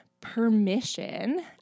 permission